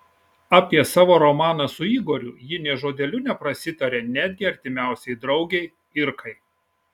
apie savo romaną su igoriu ji nė žodeliu neprasitarė netgi artimiausiai draugei irkai